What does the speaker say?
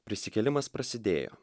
prisikėlimas prasidėjo